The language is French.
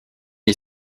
est